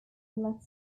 left